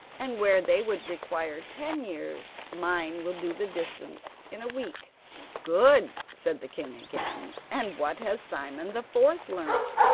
and where they would require ten years mine will do the distance in a week good, said the king again and what has simon the fourth learnt